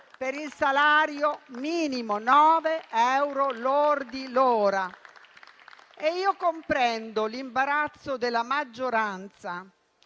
per il salario minimo: 9 euro lordi all'ora. Comprendo l'imbarazzo della maggioranza,